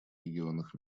регионах